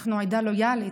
אנחנו עדה לויאלית,